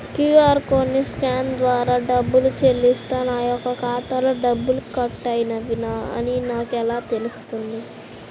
QR కోడ్ని scan ద్వారా డబ్బులు చెల్లిస్తే నా యొక్క ఖాతాలో డబ్బులు కట్ అయినవి అని నాకు ఎలా తెలుస్తుంది?